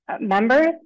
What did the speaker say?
members